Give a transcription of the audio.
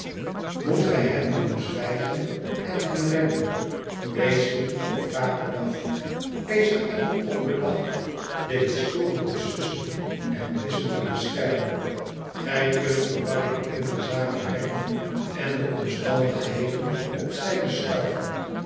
moet gij hem doen zwijgen en hem redden wees niet op wraak bedacht wees er enkel op bedacht de historie te sussen en lize te beschermen gij kunt verwarring in de zaak brengen en de omstandigheden op zijde schuiven